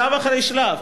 שלב אחרי שלב,